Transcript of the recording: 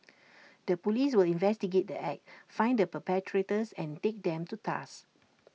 the Police will investigate the act find the perpetrators and take them to task